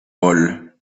rôles